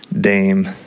Dame